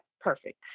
Perfect